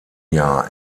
jahr